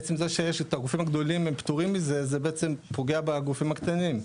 עצם זה שהגופים הגדולים פטורים מזה זה פוגע בגופים הקטנים.